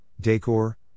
decor